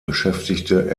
beschäftigte